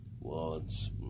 words